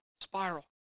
spiral